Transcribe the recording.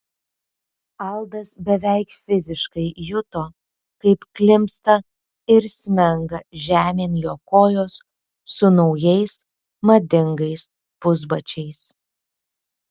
aldas beveik fiziškai juto kaip klimpsta ir smenga žemėn jo kojos su naujais madingais pusbačiais